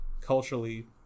culturally